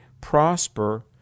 prosper